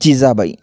Jijabai